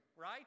right